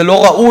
זה לא ראוי,